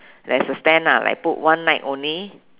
there is a stand like put one night only